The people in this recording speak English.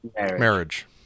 marriage